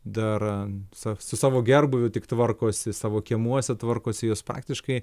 dar a sa su savo gerbūviu tik tvarkosi savo kiemuose tvarkosi jos praktiškai